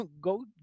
go